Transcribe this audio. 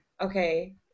okay